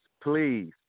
please